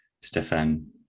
Stefan